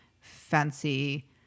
fancy